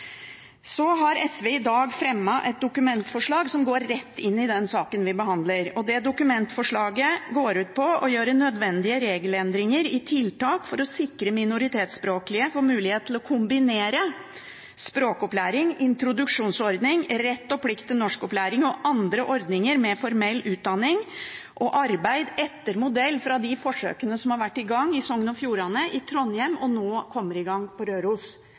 har i dag fremmet et Dokument 8-forslag som går rett inn i saken vi behandler. Dette dokumentforslaget går ut på å gjøre nødvendige regelendringer i tiltak for å sikre at minoritetsspråklige får mulighet til å kombinere språkopplæring, introduksjonsordning, rett og plikt til norskopplæring og andre ordninger med formell utdanning og arbeid, etter modell fra forsøkene som har vært i gang i Sogn og Fjordane og i Trondheim, og som nå kommer i gang på Røros.